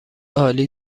عالی